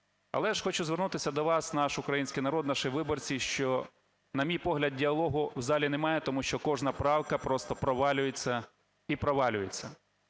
Але ж хочу звернутися до вас, наш український народ, наші виборці, що, на мій погляд, діалогу в залі немає, тому що кожна правка просто провалюється і провалюється.